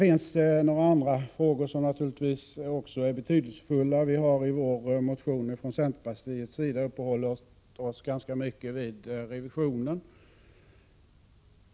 Bland de många andra frågor som är betydelsefulla vill jag nämna frågan om revisionen, som vi i vår motion uppehållit oss ganska mycket vid.